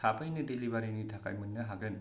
थाबैनो डेलिबारिनि थाखाय मोन्नो हागोन